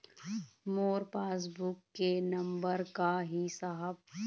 मोर passbook के number का ही साहब?